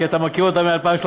כי אתה מכיר אותה מ-2013.